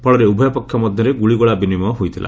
ଫଳରେ ଉଭୟ ପକ୍ଷ ମଧ୍ୟରେ ଗୁଳିଗୋଳା ବିନିମୟ ହୋଇଥିଲା